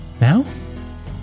now